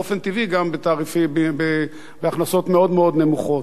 באופן טבעי הן גם בתעריפים נמוכים וגם בהכנסות מאוד מאוד נמוכות.